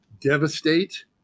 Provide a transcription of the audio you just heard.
devastate